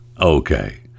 Okay